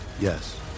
Yes